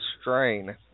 strain